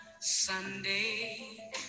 Sunday